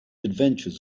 adventures